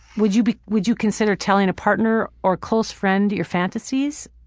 would you but would you consider telling a partner or close friend your fantasies?